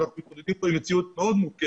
ואנחנו מתמודדים כאן עם מציאות מאוד מורכבת,